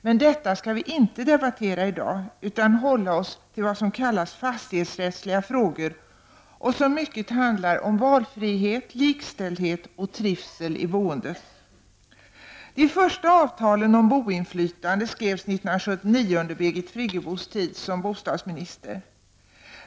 Men detta skall vi inte debattera i dag utan hålla oss till vad som kallas fastighetsrättsliga frågor, som mycket handlar om valfrihet, likställdhet och trivsel i boendet. under Birgit Friggebos tid som bostadsminister.